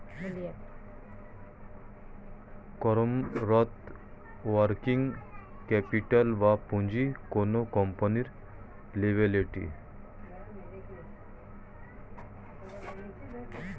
কর্মরত working capital বা পুঁজি কোনো কোম্পানির লিয়াবিলিটি